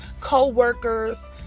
co-workers